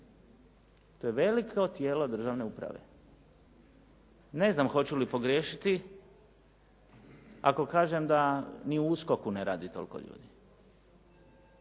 To je veliko tijelo državne uprave. Ne znam hoću li pogriješiti ako kažem da ni u USKOK-u ne radi toliko ljudi.